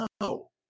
No